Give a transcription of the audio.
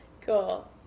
cool